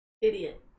Idiot